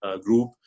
group